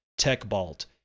TechBalt